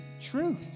truth